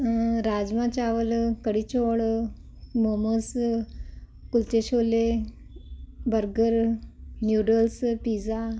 ਰਾਜਮਾ ਚਾਵਲ ਕੜੀ ਚੋਲ momos kulche chole burger noodles pizza